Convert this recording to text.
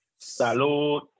Salud